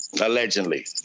Allegedly